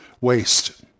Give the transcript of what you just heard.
Waste